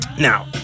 Now